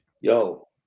Yo